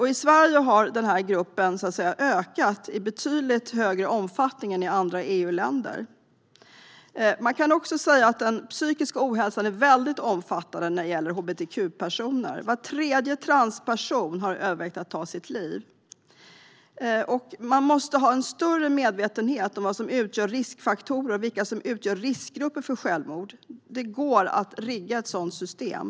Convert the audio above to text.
I Sverige har denna grupp ökat i betydligt större omfattning än i andra EU-länder. Den psykiska ohälsan är omfattande bland hbtq-personer. Var tredje transperson har övervägt att ta sitt liv. Vi måste ha en större medvetenhet om vad som utgör riskfaktorer och vilka som utgör riskgrupper för självmord. Det går att rigga ett sådant system.